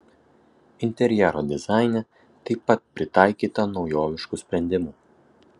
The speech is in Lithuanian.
interjero dizaine taip pat pritaikyta naujoviškų sprendimų